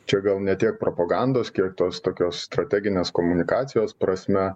čia gal ne tiek propagandos kiek tos tokios strateginės komunikacijos prasme